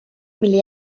mille